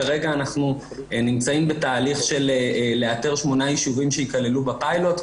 כרגע אנחנו נמצאים בתהליך של לאתר שמונה ישובים שיכללו בפיילוט,